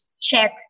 check